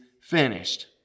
finished